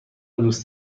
دوست